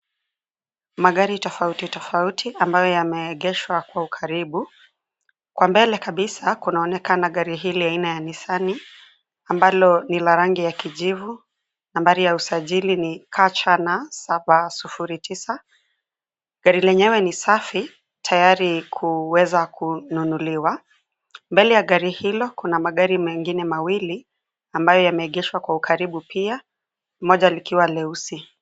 Magari tofauti tofauti ambayo yameegeshwa kwa ukaribu. Kwa mbele kabisa, kunaonekana gari hili aina ya nissani, ambalo ni la rangi ya kijivu , nambari ya usajili KCN 709. Gari lenyewe ni safi tayari kuweza kununuliwa. Mbele ya gari hilo, kuna magari mengine mawili, ambayo yameegeshwa kwa ukaribu pia moja likiwa leusi.